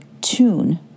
tune